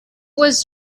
was